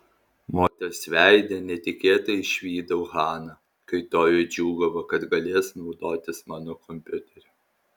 moters veide netikėtai išvydau haną kai toji džiūgavo kad galės naudotis mano kompiuteriu